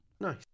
nice